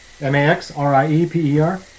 M-A-X-R-I-E-P-E-R